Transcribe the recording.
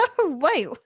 Wait